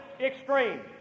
extreme